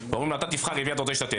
ואומרים לו: אתה תבחר את מי אתה רוצה לשתף.